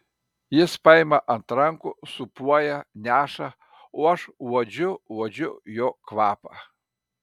jis paima ant rankų sūpuoja neša o aš uodžiu uodžiu jo kvapą